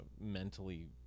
mentally